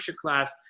class